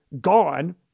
gone